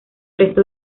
resto